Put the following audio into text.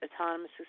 autonomous